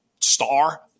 star